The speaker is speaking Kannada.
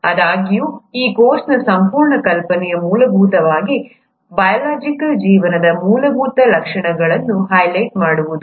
ಆದಾಗ್ಯೂ ಈ ಕೋರ್ಸ್ನ ಸಂಪೂರ್ಣ ಕಲ್ಪನೆಯು ಮೂಲಭೂತವಾಗಿ ಬಯೋಲಾಜಿಕಲ್ ಜೀವನದ ಮೂಲಭೂತ ಲಕ್ಷಣಗಳನ್ನು ಹೈಲೈಟ್ ಮಾಡುವುದು